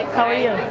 how are you?